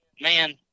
man